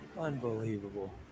Unbelievable